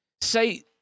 say